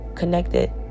connected